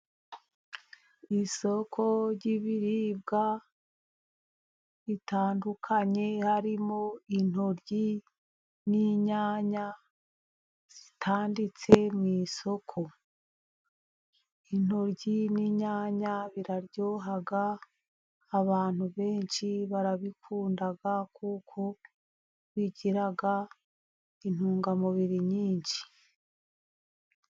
Isoko ry'ibiribwa bitandukanye, harimo intoryi n'inyanya zitanditse mu isoko, intoryi n'inyanya biraryoha abantu benshi barabikunda, kuko bigira intungamubiri nyinshi.